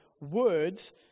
words